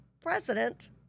president